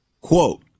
Quote